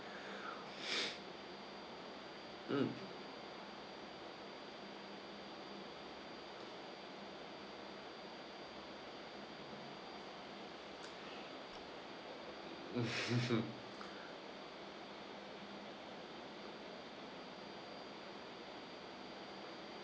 mm